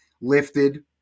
lifted